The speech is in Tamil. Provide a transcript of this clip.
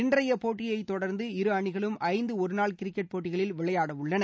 இன்றையப்போட்டியைத் தொடர்ந்து இரு அணிகளும் ஐந்து ஒருநாள் கிரிக்கெட் போட்டிகளில் விளையாடவுள்ளன